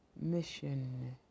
mission